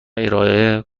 ارائه